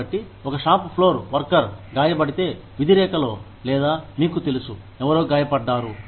కాబట్టి ఒక shop floor worker గాయపడితే విధి రేఖలో లేదా మీకు తెలుసు ఎవరో గాయపడ్డారు